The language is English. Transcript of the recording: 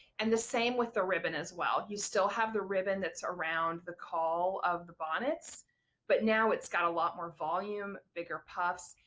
and the same with the ribbon as well. you still have the ribbon that's around the caul of the bonnets but now it's got a lot more volume, bigger puffs,